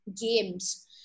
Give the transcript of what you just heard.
games